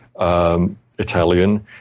Italian